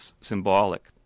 symbolic